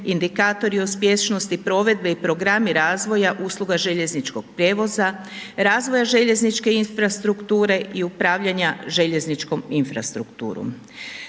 indikatori uspješnosti provedbe i programi razvoja usluga željezničkog prijevoza, razvoja željezničke infrastrukture i upravljanja željezničkom infrastrukturom.